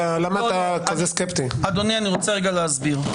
אדוני, אני רוצה להסביר.